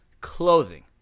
Clothing